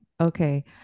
Okay